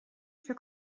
für